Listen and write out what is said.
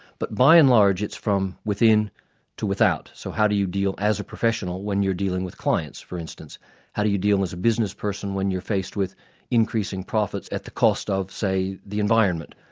but by and large it's from within to without. so how do you deal as a professional when you're dealing with clients for instance how do you deal as a businessperson when you're faced with increasing profits at the cost of, say, the environment,